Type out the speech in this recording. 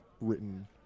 written